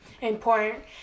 important